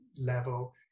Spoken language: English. level